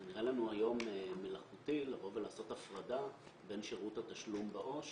זה נראה לנו היום מלאכותי לעשות הפרדה בין שירות התשלום בעו"ש